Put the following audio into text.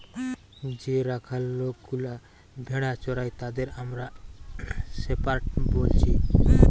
যে রাখাল লোকগুলা ভেড়া চোরাই তাদের আমরা শেপার্ড বলছি